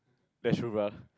that's